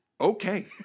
okay